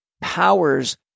powers